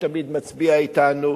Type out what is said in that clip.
שתמיד מצביע אתנו,